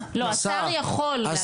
השר יכול להגיע.